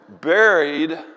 buried